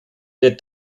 der